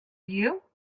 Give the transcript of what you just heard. you